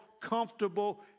comfortable